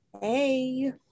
Hey